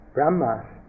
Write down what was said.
Brahmas